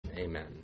Amen